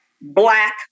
black